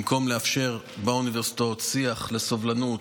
במקום לאפשר באוניברסיטאות שיח לסובלנות,